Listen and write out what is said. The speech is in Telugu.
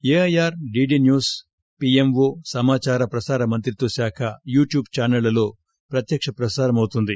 ఎఐఆర్ డిడి న్యూస్ పిఎంఒ సమాచార ప్రసార మంత్రిత్వశాఖ యూట్యూబ్ ఛానళ్లలో ప్రత్యక్ష ప్రసారం అవుతుంది